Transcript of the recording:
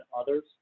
others